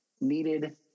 needed